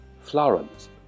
Florence